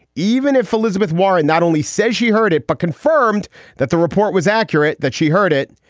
even if elizabeth warren not only says she heard it, but confirmed that the report was accurate, that she heard it.